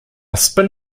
spin